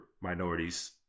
minorities